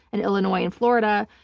and illinois, in florida.